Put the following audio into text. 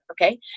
okay